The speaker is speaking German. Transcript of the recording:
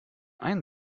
einen